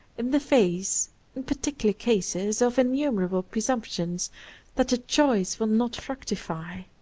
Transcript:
in the face, in particular cases, of innumerable presumptions that the choice will not fructify.